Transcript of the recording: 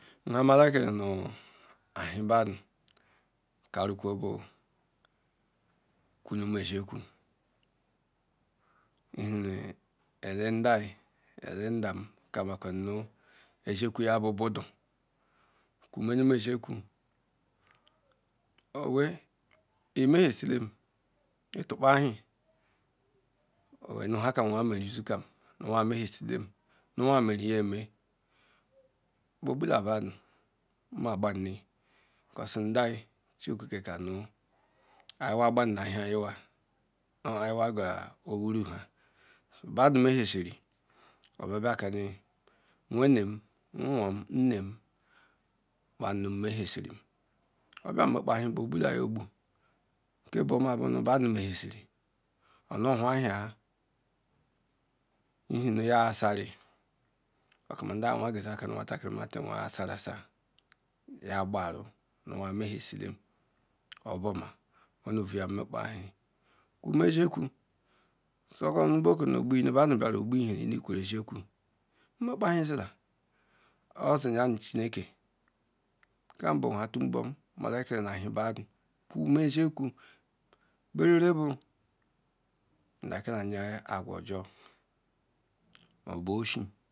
nha ma elere nu ehie bedu karukwu bu kwu mezekwu ihre nu ele ndam nu elem ndam kamokuezi okwu ya bubuda kwumem eziokwu owey eme hezelem itukpaihie nu nha kem me meru izekam nu wa nmehiezelem nuwa mre bobulabedu nzi aghani chiokeke ka ayiwa bannu ehieyiwa badu mehiezlem obia ba kanie wemem nwom nmem gbara nu emrehieziri obia nme kpehie gbobalay agbu ke buoma nu bedu mehizirie onu owhu ehia ihie yasarum oka nda awieya zi okanu nwateri nmati awiya sarasa nya gbaru nu awiya nmhielem obuoma onuu ya mmkpehie kum zzi okwu sorkobu badu biaru gbuyi ehia kwuru ezi okwu nmekpehie zila ozinuyanu chineke ka bonha tu born nu chie badu kwum ezikwu nuklam ajhea ojor mobu oshie